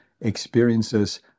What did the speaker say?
experiences